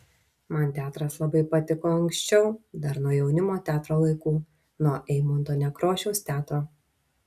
man teatras labai patiko anksčiau dar nuo jaunimo teatro laikų nuo eimunto nekrošiaus teatro